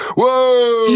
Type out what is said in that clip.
whoa